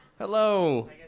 Hello